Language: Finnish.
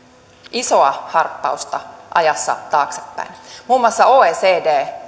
isoa harppausta ajassa taaksepäin muun muassa oecd